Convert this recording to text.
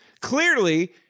Clearly